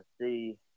see